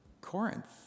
Corinth